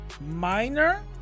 minor